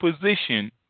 position